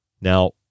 Now